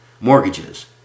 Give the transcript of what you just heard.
mortgages